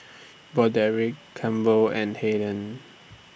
Broderick Campbell and Hayden